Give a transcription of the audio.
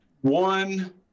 One